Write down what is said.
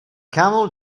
camel